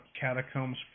catacombs